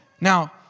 Now